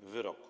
wyroku.